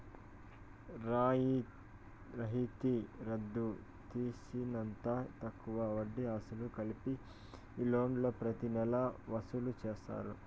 రాయితీ రద్దు తీసేసినంత తక్కువ వడ్డీ, అసలు కలిపి ఈ లోన్లు ప్రతి నెలా వసూలు చేస్తారు